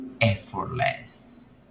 effortless